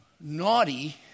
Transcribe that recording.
naughty